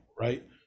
right